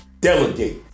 delegate